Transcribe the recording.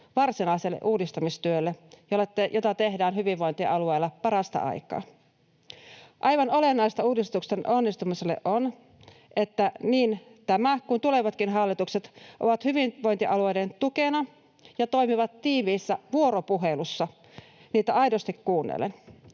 varsinaiselle uudistamistyölle, jota tehdään hyvinvointialueilla parasta aikaa. Aivan olennaista uudistusten onnistumiselle on, että niin tämä kuin tulevatkin hallitukset ovat hyvinvointialueiden tukena ja toimivat tiiviissä vuoropuhelussa niitä aidosti kuunnellen.